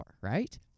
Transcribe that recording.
right